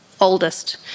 oldest